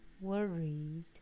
worried